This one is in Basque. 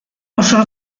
oso